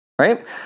Right